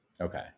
Okay